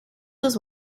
was